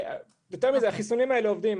יותר מזה: החיסונים האלה עובדים.